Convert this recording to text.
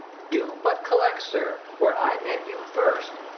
do but collect, sir, where i met you first.